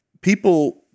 people